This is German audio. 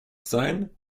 sein